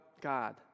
God